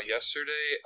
Yesterday